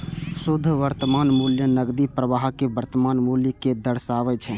शुद्ध वर्तमान मूल्य नकदी प्रवाहक वर्तमान मूल्य कें दर्शाबै छै